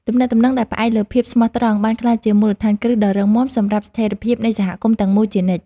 ទំនាក់ទំនងដែលផ្អែកលើភាពស្មោះត្រង់បានក្លាយជាមូលដ្ឋានគ្រឹះដ៏រឹងមាំសម្រាប់ស្ថិរភាពនៃសហគមន៍ទាំងមូលជានិច្ច។